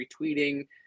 retweeting